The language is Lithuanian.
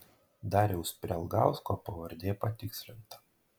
dariaus prialgausko pavardė patikslinta